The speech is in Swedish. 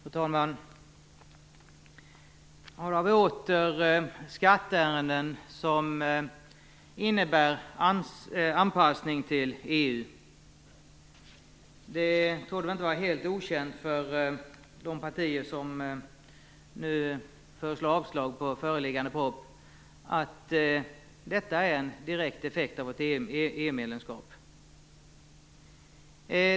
Fru talman! Här har vi åter skatteärenden som innebär en anpassning till EU. Det torde väl inte vara helt okänt för de partier som nu föreslår avslag på föreliggande proposition att detta är direkt effekt av vårt EU-medlemskap.